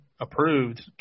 approved